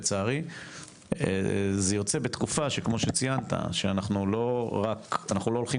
לצערי זה יוצא בתקופה שכמו שציינת שאנחנו לא רק לא הולכים